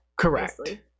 correct